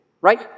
right